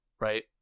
right